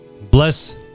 bless